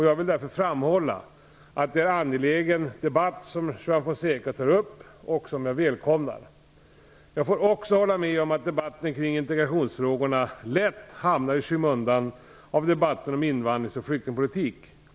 Jag vill därför framhålla att det är en angelägen debatt som Juan Fonseca tar upp. Jag välkomnar den. Jag får också hålla med om att debatten kring integrationsfrågorna lätt hamnar i skymundan för debatten om invandrings och flyktingpolitik.